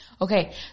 Okay